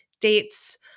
dates